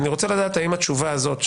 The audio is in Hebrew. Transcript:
האם התשובה הזאת,